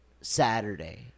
Saturday